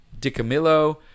DiCamillo